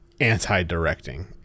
anti-directing